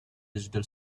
digital